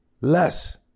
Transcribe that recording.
less